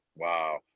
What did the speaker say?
Wow